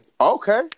Okay